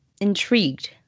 intrigued